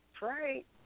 Right